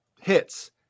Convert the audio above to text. hits